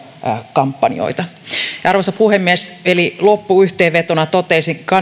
kampanjoita arvoisa puhemies loppuyhteenvetona toteaisin